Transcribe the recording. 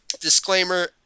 Disclaimer